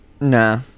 Nah